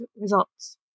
results